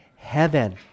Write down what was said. heaven